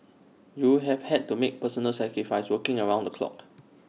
you have had to make personal sacrifices working around the clock